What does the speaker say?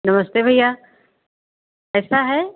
नमस्ते भैया ऐसा है